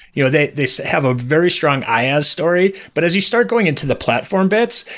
you know they they so have a very strong iaas story. but as you start going into the platform bits,